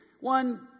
one